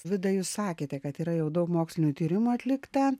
vida jūs sakėte kad yra jau daug mokslinių tyrimų atlikta